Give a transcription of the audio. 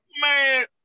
Man